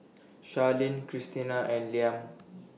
Sharyn Krystina and Liam